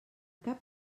cap